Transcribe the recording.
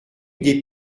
des